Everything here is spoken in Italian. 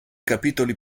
capitoli